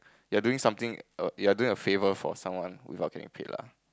you are doing some thing err you are doing a favor for someone without getting paid lah